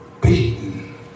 beaten